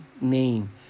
name